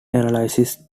analysis